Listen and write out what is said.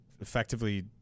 effectively